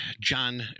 john